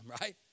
right